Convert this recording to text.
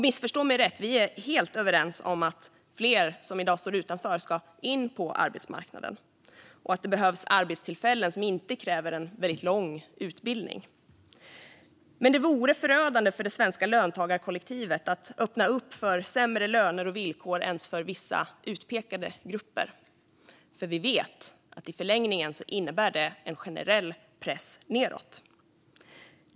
Missförstå mig rätt - vi är helt överens om att fler ska in på arbetsmarknaden och att det behövs arbetstillfällen som inte kräver en lång utbildning. Men det vore förödande för det svenska löntagarkollektivet att öppna upp för sämre löner och villkor för vissa utpekade grupper, för vi vet att det i förlängningen innebär en generell press nedåt.